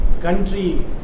country